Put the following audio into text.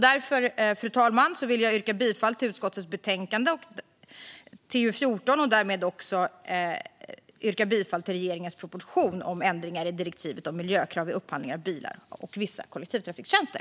Därför, fru talman, vill jag yrka bifall till förslaget i utskottets betänkande TU14 och därmed också ställa mig bakom regeringens proposition om ändringar i direktivet om miljökrav vid upphandling av bilar och vissa kollektivtrafiktjänster.